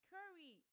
Curry